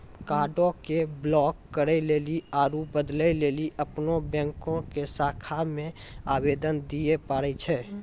कार्डो के ब्लाक करे लेली आरु बदलै लेली अपनो बैंको के शाखा मे आवेदन दिये पड़ै छै